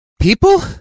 People